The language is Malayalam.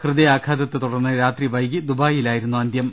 ഹൃദയാ ഘാ ത്തെത്തുടർന്ന് രാത്രി വൈകി ദുബായിലായിരുന്നു അന്ത്യം